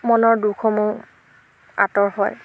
মনৰ দুখসমূহ আঁতৰ হয়